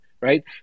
right